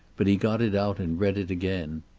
but he got it out and read it again.